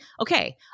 okay